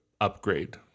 upgrade